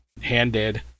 handed